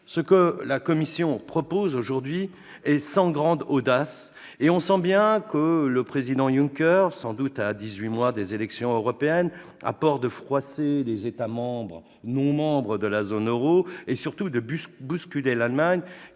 ce que la Commission propose aujourd'hui est sans grande audace. On sent bien que le président Juncker a sans doute peur, à dix-huit mois des élections européennes, de froisser les États non-membres de la zone euro et surtout de bousculer l'Allemagne,